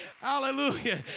Hallelujah